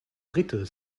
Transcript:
dritter